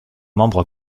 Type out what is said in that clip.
membre